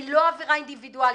היא לא עבירה אינדיבידואלית.